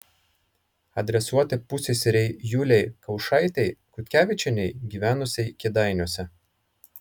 adresuoti pusseserei julei kaušaitei kutkevičienei gyvenusiai kėdainiuose